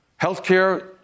Healthcare